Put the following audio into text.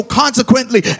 consequently